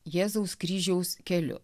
jėzaus kryžiaus keliu